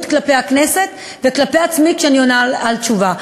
כלפי הכנסת וכלפי עצמי כשאני עונה תשובה.